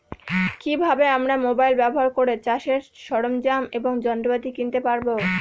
কি ভাবে আমরা মোবাইল ব্যাবহার করে চাষের সরঞ্জাম এবং যন্ত্রপাতি কিনতে পারবো?